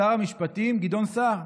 שר המשפטים גדעון סער,